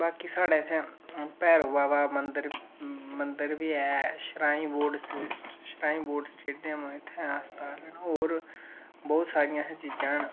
बाकी साढ़े इत्थै भेरो बाबा दा मंदर मंदर बी ऐ श्राइन बोर्ड स्टेडियम ऐ हस्पताल न होर बहुत सारियां इत्थै चीज़ां न